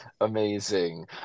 Amazing